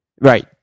Right